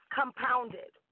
compounded